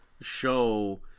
show